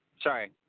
Sorry